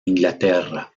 inglaterra